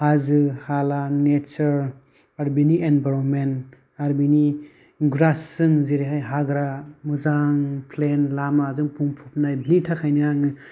हाजो हाला नेचार आरो बेनि इनभाइरनमेन्ट आरो बिनि ग्रासजों जेरैहाय हाग्रा मोजां फ्लेन लामाजों बुंफबनाय बेनि थाखायनो आङो